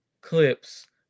clips